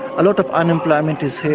a lot of unemployment is here.